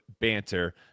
banter